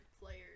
players